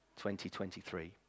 2023